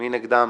מי נגדן?